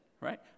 right